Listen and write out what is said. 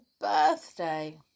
birthday